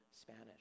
Spanish